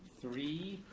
three.